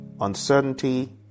uncertainty